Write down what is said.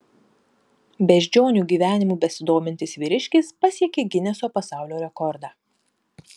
beždžionių gyvenimu besidomintis vyriškis pasiekė gineso pasaulio rekordą